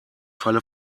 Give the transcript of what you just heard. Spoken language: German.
falle